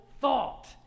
thought